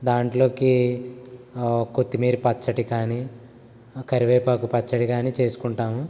దాంట్లోకి కొత్తిమీర పచ్చడి కానీ కరివేపాకు పచ్చడి కానీ చేసుకుంటాము